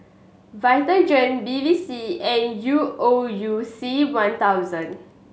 Vitagen Bevy C and U O U C one thousand